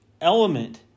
element